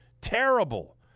Terrible